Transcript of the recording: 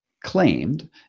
claimed